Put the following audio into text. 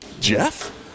Jeff